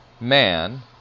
man